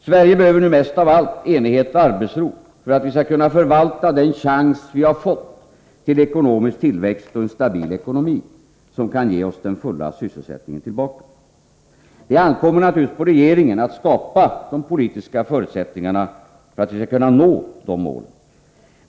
Sverige behöver nu mest av allt enighet och arbetsro för att vi skall kunna förvalta den chans vi har fått till ekonomisk tillväxt och en stabil ekonomi, som kan ge oss den fulla sysselsättningen tillbaka. Det ankommer naturligtvis på regeringen att skapa de politiska förutsättningarna för att nå dessa mål.